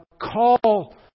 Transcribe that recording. call